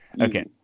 Okay